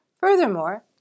Furthermore